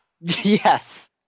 Yes